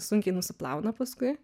sunkiai nusiplauna paskui